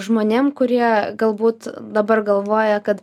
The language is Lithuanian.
žmonėm kurie galbūt dabar galvoja kad